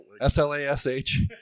S-L-A-S-H